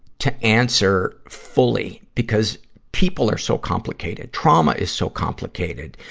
to answer fully, because people are so complicated. trauma is so complicated.